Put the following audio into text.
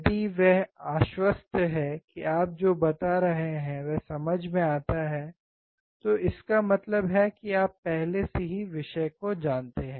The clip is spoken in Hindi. यदि वह आश्वस्त है कि आप जो बता रहे हैं वह समझ में आता है तो इसका मतलब है कि आप पहले से ही विषय को जानते हैं